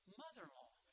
mother-in-law